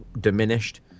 diminished